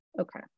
Okay